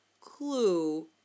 clue